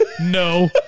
no